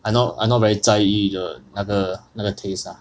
I not I not very 在意 the 那个那个 taste lah